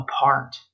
apart